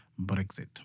Brexit